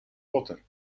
potter